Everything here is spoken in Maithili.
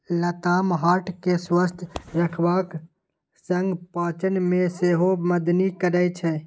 लताम हार्ट केँ स्वस्थ रखबाक संग पाचन मे सेहो मदति करय छै